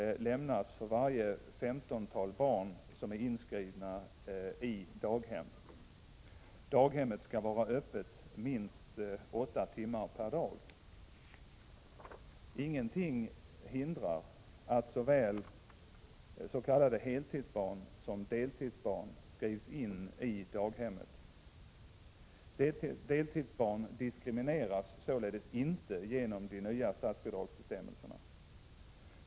lämnas för varje femtontal barn som är inskrivna i daghem. Daghemmet skall vara öppet minst 8 timmar per dag. Ingenting hindrar att såväls.k. heltidsbarn som deltidsbarn skrivs in på daghemmet. Deltidsbarn diskrimineras således inte genom de nya statsbidragsbestämmelserna.